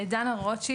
שמי דנה רוטשילד,